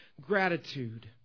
gratitude